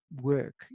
work